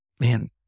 man